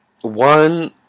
one